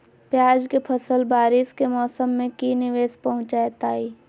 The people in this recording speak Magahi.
प्याज के फसल बारिस के मौसम में की निवेस पहुचैताई?